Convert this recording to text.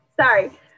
sorry